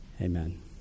Amen